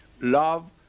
Love